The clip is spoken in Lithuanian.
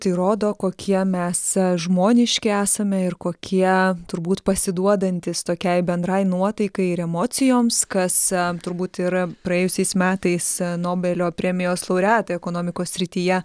tai rodo kokie mes žmoniški esame ir kokie turbūt pasiduodantys tokiai bendrai nuotaikai ir emocijoms kas turbūt ir praėjusiais metais nobelio premijos laureatai ekonomikos srityje